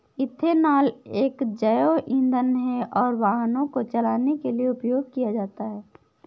ethanol एक जैव ईंधन है और वाहनों को चलाने के लिए उपयोग किया जाता है